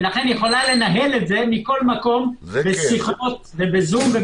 ולכן היא יכולה לנהל את זה מכל מקום בשיחות ובזום.